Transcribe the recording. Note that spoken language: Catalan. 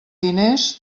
diners